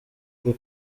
uku